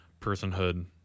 personhood